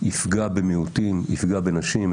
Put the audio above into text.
יפגע במיעוטים, יפגע בנשים.